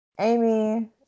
Amy